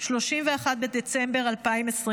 31 בדצמבר 2024,